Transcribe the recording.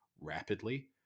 rapidly